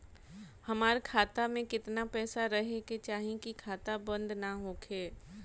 हमार खाता मे केतना पैसा रहे के चाहीं की खाता बंद ना होखे?